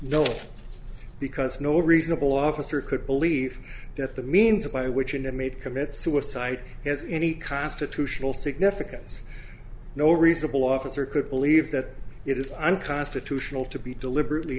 no because no reasonable officer could believe that the means by which an inmate commits suicide has any constitutional significance no reasonable officer could believe that it is unconstitutional to be deliberately